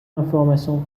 information